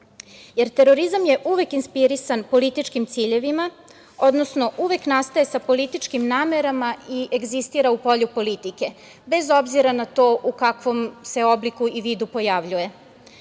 granice. Terorizam je uvek inspirisan političkim ciljevima, odnosno uvek nastaje sa političkim namerama i egzistira u polju politike, bez obzira na to u kakvom se obliku i vidu pojavljuje. Danas